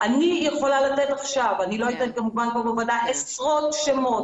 אני יכולה לתת עכשיו אני כמובן לא אתן כאן בוועדה עשרות שמות